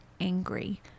angry